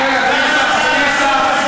הצעת החוק מבקשת להיטיב עם גרושות ופרודות בלבד,